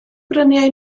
bryniau